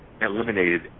eliminated